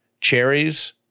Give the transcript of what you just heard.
cherries